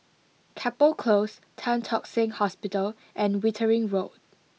Chapel Close Tan Tock Seng Hospital and Wittering Road